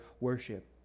worship